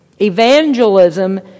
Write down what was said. Evangelism